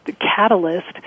catalyst